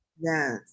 yes